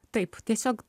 taip tiesiog